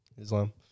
Islam